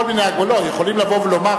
יכולים לבוא ולומר,